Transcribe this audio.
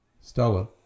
Stella